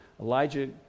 Elijah